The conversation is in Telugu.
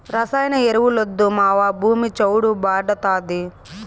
రసాయన ఎరువులొద్దు మావా, భూమి చౌడు భార్డాతాది